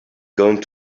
going